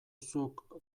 zuk